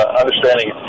understanding